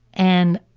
and,